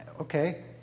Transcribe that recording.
okay